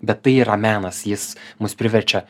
bet tai yra menas jis mus priverčia